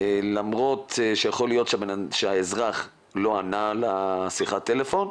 למרותש יכול להיות שהאזרח לא ענה לשיחת הטלפון,